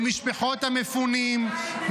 למשפחות המפונים,